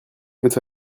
votre